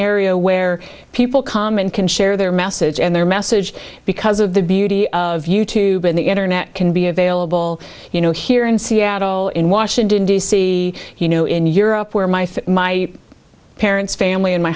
area where people comment can share their message and their message because of the beauty of youtube and the internet can be available you know here in seattle in washington d c you know in europe where my for my parents family and my